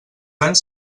anys